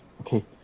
okay